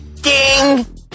Ding